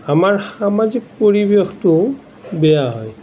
আমাৰ সামাজিক পৰিৱেশটো বেয়া হয়